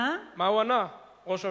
אבל מה ענה ראש הממשלה?